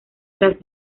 tras